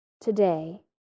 today